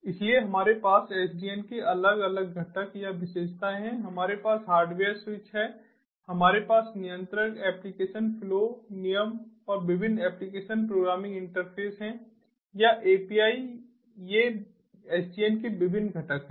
इसलिए हमारे पास SDN के अलग अलग घटक या विशेषताएं हैं हमारे पास हार्डवेयर स्विच हैं हमारे पास नियंत्रक एप्लीकेशन फ्लो नियम और विभिन्न एप्लीकेशन प्रोग्रामिंग इंटरफेस हैं या एपीआई ये SDN के विभिन्न घटक हैं